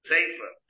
Safer